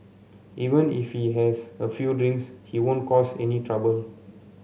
even if he has a few drinks he won't cause any trouble